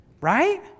Right